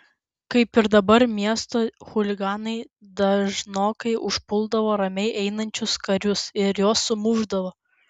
kaip ir dabar miesto chuliganai dažnokai užpuldavo ramiai einančius karius ir juos sumušdavo